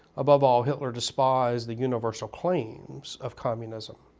above all hitler despised the universal claims of communism.